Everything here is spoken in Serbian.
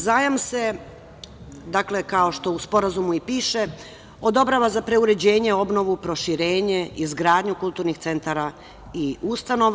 Zajam se, kao što u Sporazumu i piše, odobrava za preuređenje, obnovu, proširenje, izgradnju kulturnih centara i ustanova.